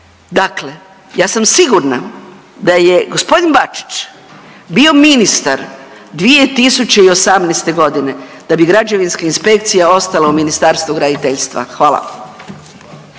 Dakle ja sam sigurna da je g. Bačić bio ministar 2018. g. da bi građevinska inspekcija ostala u Ministarstvu graditeljstva. Hvala.